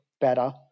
better